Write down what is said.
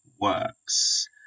works